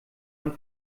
man